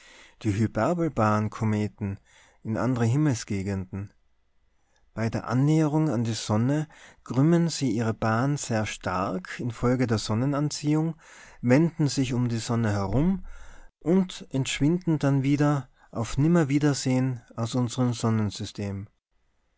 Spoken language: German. die hyperbelbahnkometen in andre himmelsgegenden bei der annäherung an die sonne krümmen sie ihre bahn sehr stark infolge der sonnenanziehung wenden sich um die sonne herum und entschwinden dann wieder auf nimmerwiedersehen aus unserm sonnensystem